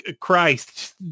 Christ